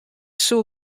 soe